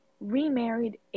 remarried